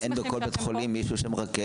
שמחים שאתם כאן" -- אין בכל בית חולים מישהו שמרכז?